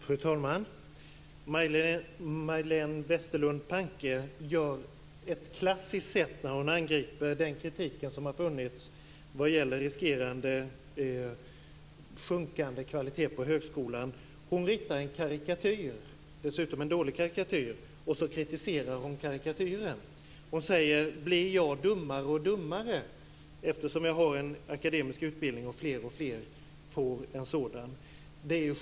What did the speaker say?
Fru talman! Majléne Westerlund Panke angriper på ett klassiskt sätt den kritik som har funnits mot att kvaliteten inom högskolan riskerar att sjunka. Hon ritar en karikatyr - det är dessutom en dålig karikatyr - och så kritiserar hon karikatyren. Hon undrar om hon blir dummare och dummare med tanke på att hon har en akademisk utbildning och att fler och fler får en sådan.